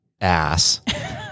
ass